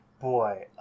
Boy